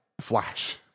flash